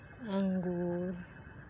ᱟᱸᱜᱩᱨ